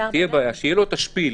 צריך שיהיה לו השפיל